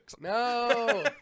No